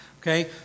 okay